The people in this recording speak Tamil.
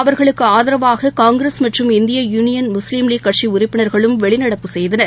அவர்களுக்குஆதரவாககாங்கிரஸ் மற்றும் இந்திய யுளியன் முஸ்லீம் லீக் கட்சிஉறுப்பினா்களும் வெளிநடப்பு செய்தனர்